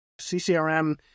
CCRM